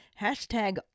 hashtag